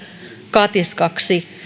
katiskaksi